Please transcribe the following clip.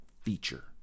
feature